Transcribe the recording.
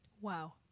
Wow